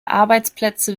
arbeitsplätze